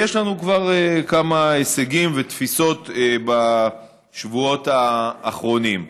ויש לנו כבר כמה הישגים ותפיסות בשבועות האחרונים.